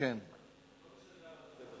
אני גם במליאה.